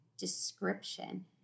description